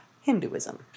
Hinduism